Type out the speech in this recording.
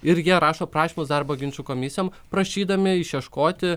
ir jie rašo prašymus darbo ginčų komisijom prašydami išieškoti